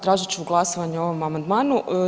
Tražit ću glasovanje o ovom amandmanu.